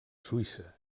suïssa